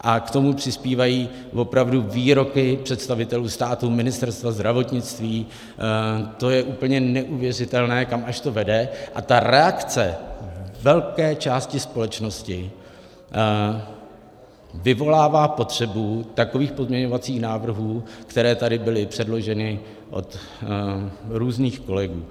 A k tomu přispívají opravdu výroky představitelů státu, Ministerstva zdravotnictví, to je úplně neuvěřitelné, kam až to vede, a ta reakce velké části společnosti vyvolává potřebu takových pozměňovacích návrhů, které tady byly předloženy od různých kolegů.